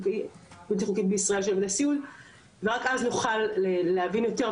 ורק אז נוכל להבין יותר ולנתח יותר בצורה יותר טובה והגיונית,